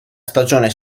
stagione